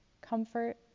Comfort